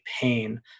pain